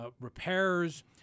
repairs